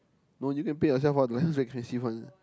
no you need to pay yourself what the lenses very expensive [one] eh